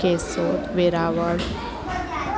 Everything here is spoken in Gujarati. કેશોદ વેરાવળ